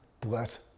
bless